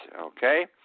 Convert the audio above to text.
okay